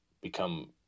become